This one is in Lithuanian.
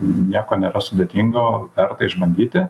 nieko nėra sudėtingo verta išbandyti